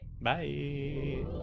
bye